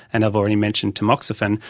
and i've already mentioned tamoxifen.